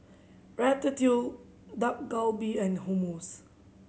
Dak Galbi and Hummus